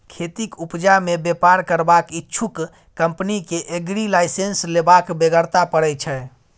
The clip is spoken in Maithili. खेतीक उपजा मे बेपार करबाक इच्छुक कंपनी केँ एग्री लाइसेंस लेबाक बेगरता परय छै